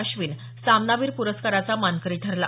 अश्विन समानावीर पुरस्काराचा मानकरी ठरला